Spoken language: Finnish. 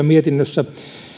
mietinnössä